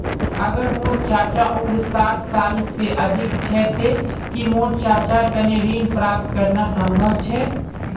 अगर मोर चाचा उम्र साठ साल से अधिक छे ते कि मोर चाचार तने ऋण प्राप्त करना संभव छे?